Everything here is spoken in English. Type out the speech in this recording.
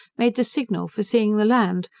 made the signal for seeing the land,